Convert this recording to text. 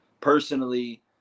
personally